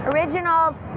Originals